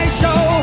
show